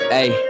Hey